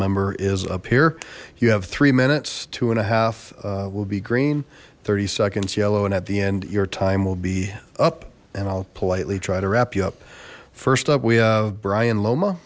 member is up here you have three minutes two and a half will be green thirty seconds yellow and at the end your time will be up and i'll politely try to wrap you up first up we have brian loma